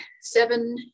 seven